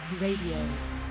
Radio